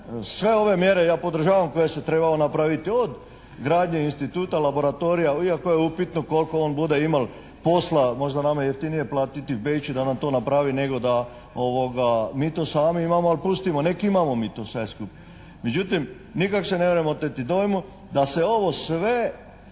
sve ove mjere ja podržavam koje se trebaju napraviti od gradnje instituta, laboratorija, iako je upitno koliko on bude imal posla, možda je nama jeftinije platiti v Beč da nam to napraviti nego da mi to sami imamo, ali pustimo nek imamo mi to sve skup. Međutim nikak se nemrem oteti dojmu da se ovo sve,